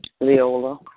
Leola